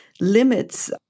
limits